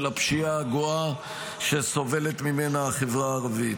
הפשיעה הגואה שסובלת ממנה החברה הערבית.